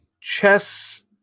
chess